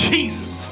Jesus